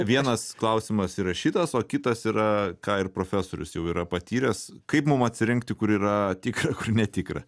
vienas klausimas yra šitas o kitas yra ką ir profesorius jau yra patyręs kaip mum atsirinkti kur yra tikra ir netikra